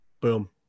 Boom